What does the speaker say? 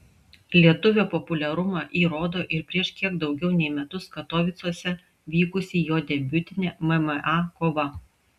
lietuvio populiarumą įrodo ir prieš kiek daugiau nei metus katovicuose vykusi jo debiutinė mma kova